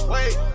Wait